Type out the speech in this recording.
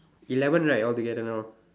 eleven right altogether now